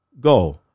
Go